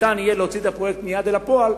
יהיה אפשר להוציא את הפרויקט מייד לפועל.